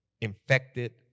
infected